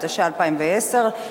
התשע"א 2011,